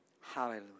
Hallelujah